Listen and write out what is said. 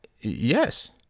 yes